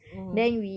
mmhmm